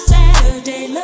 Saturday